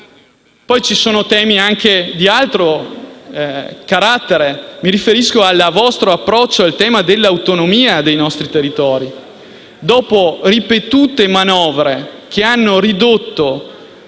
sono poi temi anche di altro carattere, e mi riferisco al vostro approccio all'autonomia dei nostri territori. Dopo ripetute manovre, che hanno ridotto